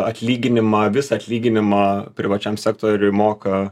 atlyginimą visą atlyginimą privačiam sektoriui moka